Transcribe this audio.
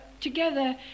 together